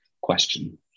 question